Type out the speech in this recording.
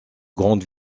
grande